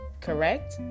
correct